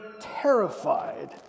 terrified